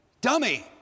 dummy